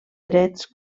drets